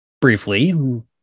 briefly